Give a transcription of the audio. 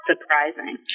surprising